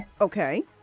Okay